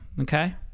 okay